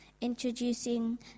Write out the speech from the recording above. introducing